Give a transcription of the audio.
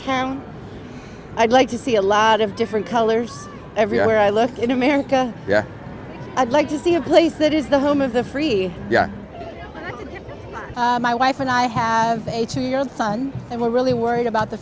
this i'd like to see a lot of different colors everywhere i look in america i'd like to see a place that is the home of the free my wife and i have a two year old son and we're really worried about the